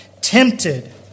tempted